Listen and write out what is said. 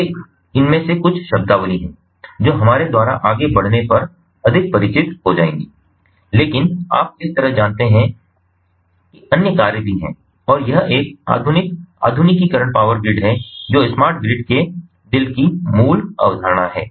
तो ये इनमें से कुछ शब्दावली हैं जो हमारे द्वारा आगे बढ़ने पर अधिक परिचित हो जाएंगी लेकिन आप इस तरह जानते हैं कि अन्य कार्य भी हैं और यह एक आधुनिक आधुनिकीकरण पावर ग्रिड है जो स्मार्ट ग्रिड के दिल की मूल अवधारणा है